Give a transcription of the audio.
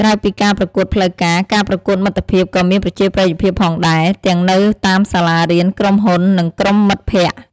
ក្រៅពីការប្រកួតផ្លូវការ ការប្រកួតមិត្តភាពក៏មានប្រជាប្រិយភាពផងដែរ ទាំងនៅតាមសាលារៀន ក្រុមហ៊ុន និងក្រុមមិត្តភក្តិ។